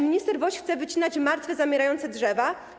Minister Woś chce wycinać martwe, zamierające drzewa.